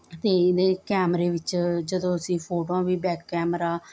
ਅਤੇ ਇਹਦੇ ਕੈਮਰੇ ਵਿੱਚ ਜਦੋਂ ਅਸੀਂ ਫੋਟੋਆਂ ਵੀ ਬੈਕ ਕੈਮਰਾ